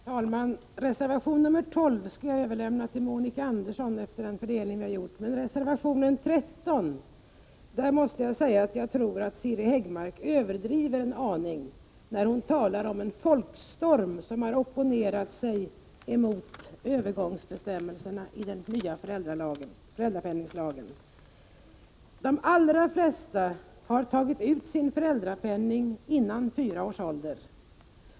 Herr talman! Möjligheten att bemöta reservation nr 12 skall jag, enligt den fördelning vi har gjort, överlämna till Monica Andersson. Men beträffande reservation 13 måste jag säga att jag tror att Siri Häggmark överdriver en aning när hon talar om en folkstorm mot övergångsbestämmelserna i den nya föräldrapenningslagen. De allra flesta har tagit ut sin föräldrapenning innan barnet uppnått fyra års ålder.